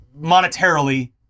monetarily